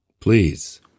Please